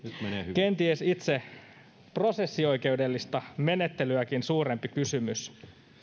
kenties itse prosessioikeudellista menettelyäkin suurempi kysymys